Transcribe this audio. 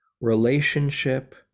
relationship